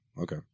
Okay